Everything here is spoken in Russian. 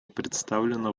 представлена